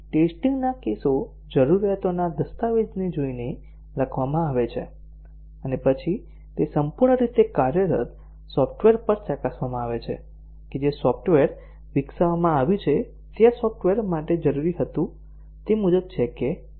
testing ના કેસો જરૂરીયાતોના દસ્તાવેજને જોઈને લખવામાં આવે છે અને પછી તે સંપૂર્ણ રીતે કાર્યરત સોફ્ટવેર પર ચકાસવામાં આવે છે કે જે સોફ્ટવેર વિકસાવવામાં આવ્યું છે તે આ સોફ્ટવેર માટે જરૂરી હતું તે મુજબ છે કે કેમ